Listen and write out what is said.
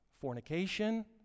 fornication